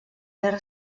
guerra